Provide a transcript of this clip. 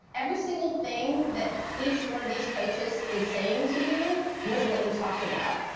every single thing that each one of these coaches is saying to you was what we talked about.